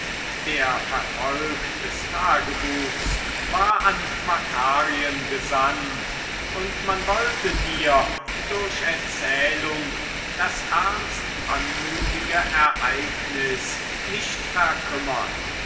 der verfolg des tagebuchs war an makarien gesandt und man wollte dir durch erzählung das ernst anmutige ereignis nicht verkümmern